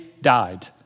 died